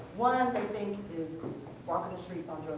one they think is walking the streets on